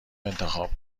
انتخاب